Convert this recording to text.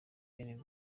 ben